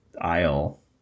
aisle